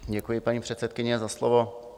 Děkuji, paní předsedkyně, za slovo.